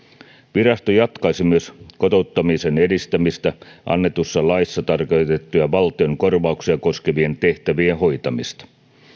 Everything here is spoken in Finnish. virasto jatkaisi myös kotouttamisen edistämisestä annetussa laissa tarkoitettujen valtion korvauksia koskevien tehtävien hoitamista